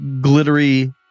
glittery